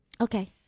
Okay